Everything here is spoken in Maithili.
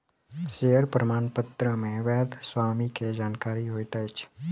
शेयर प्रमाणपत्र मे वैध स्वामी के जानकारी होइत अछि